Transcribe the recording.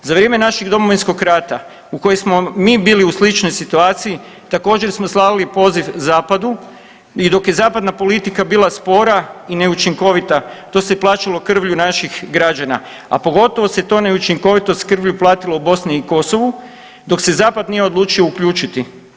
Za vrijeme našeg Domovinskog rata u kojem smo mi bili u sličnoj situaciji, također, smo slali poziv Zapadu i dok je zapadna politika bila spora i neučinkovita, to se plaćalo krvlju naših građana, a pogotovo se to neučinkovitost skrbi platilo u Bosni i Kosovu, dok se Zapad nije odlučio uključiti.